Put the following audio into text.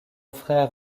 frère